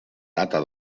data